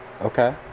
Okay